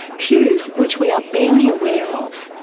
cues which we are barely aware of.